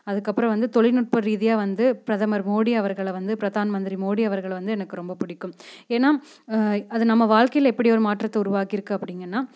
அதுக்கப்புறோம் வந்து தொழில்நுட்பம் ரீதியாக வந்து பிரதமர் மோடி அவர்களை வந்து பிரதான் மந்திரி மோடி அவர்களை வந்து எனக்கு ரொம்ப பிடிக்கும் ஏன்னா அது நம்ம வாழ்க்கையில எப்படி ஒரு மாற்றத்தை உருவாக்கி இருக்கு அப்படிங்கன்னா